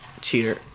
Cheater